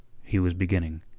he was beginning,